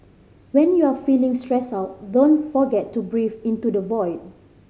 when you are feeling stressed out don't forget to breathe into the void